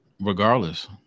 Regardless